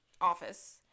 office